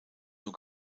nur